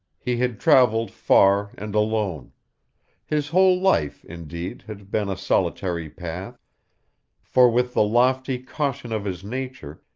he had travelled far and alone his whole life, indeed, had been a solitary path for, with the lofty caution of his nature,